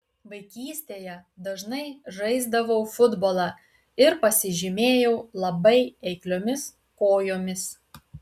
vaikystėje dažnai žaisdavau futbolą ir pasižymėjau labai eikliomis kojomis